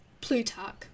Plutarch